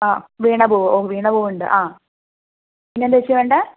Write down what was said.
ആ വീണപൂവ് ഓ വീണപൂവുണ്ട് ആ പിന്നെന്താ ചേച്ചി വേണ്ടത്